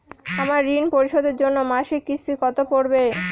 আমার ঋণ পরিশোধের জন্য মাসিক কিস্তি কত পড়বে?